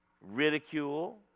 ridicule